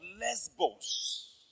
Lesbos